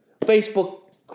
Facebook